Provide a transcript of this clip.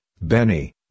Benny